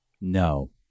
No